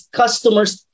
customers